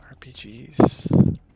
RPGs